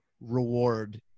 reward